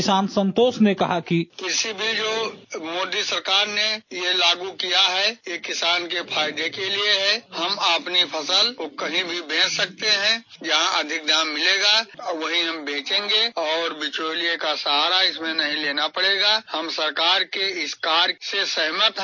किसान सन्तोष ने कहा कृषि बिल जो मोदी सरकार ने यह लागू किया है यह किसान के फायदे के लिए है हम अपने फसल को कहीं भी बेंच सकते हैं जहां अधिक दाम मिलेगा वहीं हम बेचेंगे और बिचौलिए का सहारा इसमें नहीं लेना पड़ेगा हम सरकार के इस कार्य से सहमत हैं